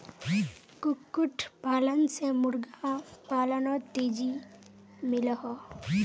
कुक्कुट पालन से मुर्गा पालानोत तेज़ी मिलोहो